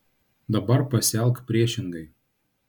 dabar pasielk priešingai